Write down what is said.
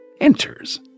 enters